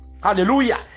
Hallelujah